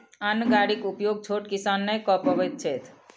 अन्न गाड़ीक उपयोग छोट किसान नै कअ पबैत छैथ